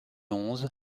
onze